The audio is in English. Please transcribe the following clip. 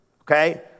Okay